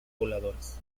voladores